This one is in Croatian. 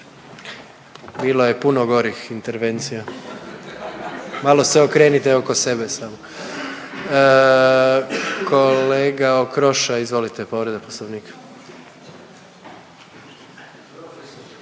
Bilo je puno gorih intervencija, malo se okrenite oko sebe samo. Kolega Okroša izvolite, povreda Poslovnika.